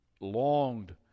longed